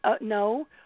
no